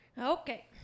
Okay